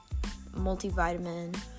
multivitamin